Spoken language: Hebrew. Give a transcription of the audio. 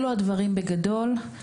אלו הדברים בגדול.